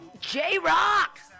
J-Rock